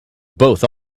both